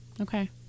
Okay